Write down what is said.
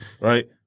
right